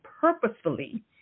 purposefully